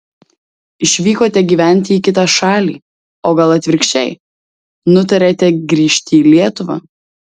išvykote gyventi į kitą šalį o gal atvirkščiai nutarėte grįžti į lietuvą